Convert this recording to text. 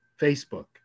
Facebook